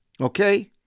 Okay